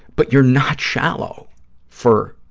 but you're not shallow for